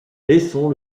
laissons